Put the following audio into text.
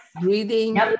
breathing